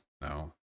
no